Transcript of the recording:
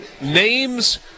Names